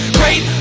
great